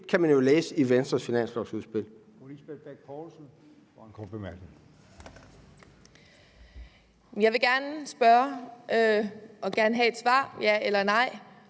Det kan man så læse i Venstres finanslovsudspil